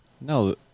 No